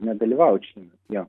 nedalyvaut šiemet jo